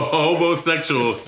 homosexual